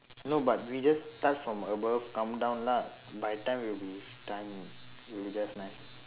no but we just start from above come down lah by the time will be time will be just nice